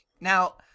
Now